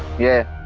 yeah,